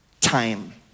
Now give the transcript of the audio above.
time